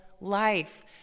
life